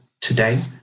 today